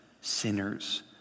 sinners